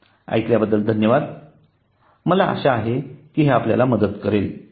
ऐकल्याबद्दल धन्यवाद मला आशा आहे की हे आपल्याला मदत करेल